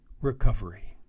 recovery